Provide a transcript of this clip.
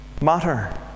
matter